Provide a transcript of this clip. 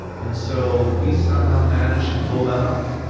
and so we somehow manage to pull that off.